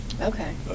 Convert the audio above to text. Okay